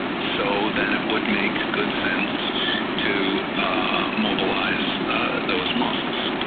so then it would make good sense to mobilize those muscles.